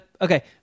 okay